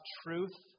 truth